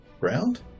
ground